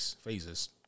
phases